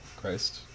Christ